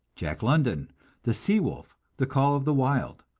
jack london the sea wolf, the call of the wild,